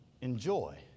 enjoy